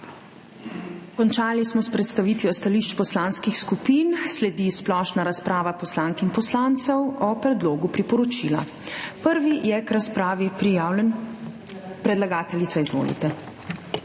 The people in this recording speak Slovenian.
Končali smo s predstavitvijo stališč poslanskih skupin. Sledi splošna razprava poslank in poslancev o predlogu priporočila. Predlagateljica, izvolite.